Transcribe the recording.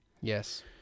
Yes